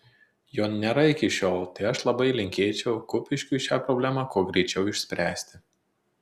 jo nėra iki šiol tai aš labai linkėčiau kupiškiui šią problemą kuo greičiau išspręsti